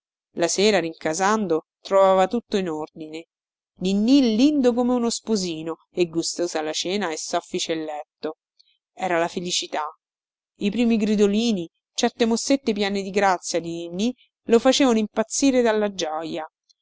la sera rincasando trovava tutto in ordine ninnì lindo come uno sposino e gustosa la cena e soffice il letto era la felicità i primi gridolini certe mossette piene di grazia di ninnì lo facevano impazzire dalla gioja